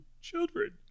children